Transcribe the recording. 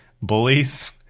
bullies